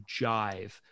jive